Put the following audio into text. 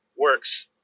works